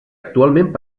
actualment